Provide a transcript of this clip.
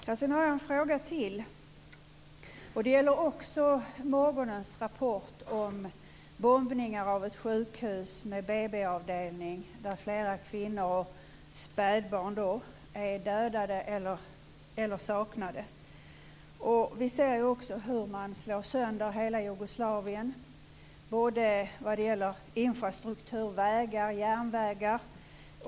Herr talman! Jag har en fråga till. Den gäller också morgonens rapport om bombningen av ett sjukhus med BB-avdelning där flera kvinnor och spädbarn är dödade eller saknade. Vi ser också hur man slår sönder hela Jugoslavien vad gäller infrastruktur som vägar och järnvägar.